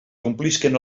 complisquen